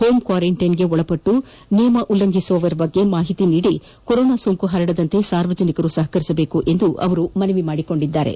home quarantine ಗೆ ಒಳಪಟ್ಟು ನಿಯಮ ಉಲ್ಲಂಘಿಸುವವರ ಬಗ್ಗೆ ಮಾಹಿತಿ ನೀಡಿ ಕೊರೋನಾ ಸೋಂಕು ಹರಡದಂತೆ ಸಾರ್ವಜನಿಕರು ಸಹಕರಿಸಬೇಕು ಎಂದು ಅವರು ಮನವಿ ಮಾಡಿಕೊಂಡಿದ್ದಾರೆ